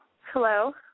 hello